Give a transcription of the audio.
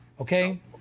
Okay